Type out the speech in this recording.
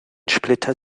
splitter